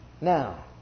Now